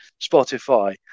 Spotify